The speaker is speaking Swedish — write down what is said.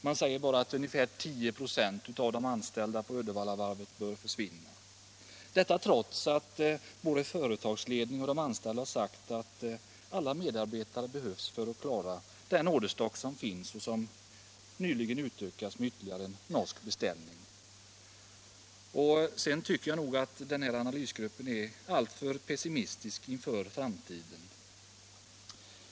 Man säger bara att ungefär 10 96 av de anställda på Uddevallavarvet bör försvinna, detta trots att både företagsledning och de anställda har sagt att alla medarbetare behövs för att klara den orderstock som finns och som nyligen utökats med ytterligare en norsk beställning. Sedan tycker jag också att analysrapporten är alldeles för optimistisk.